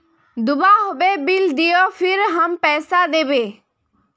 दूबा होबे बिल दियो फिर हम पैसा देबे?